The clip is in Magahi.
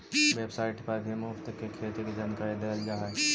वेबसाइट पर भी मुफ्त में खेती के जानकारी देल जा हई